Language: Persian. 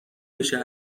بشه